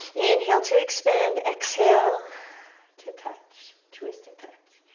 inhale to expand, exhale to touch. twist and touch.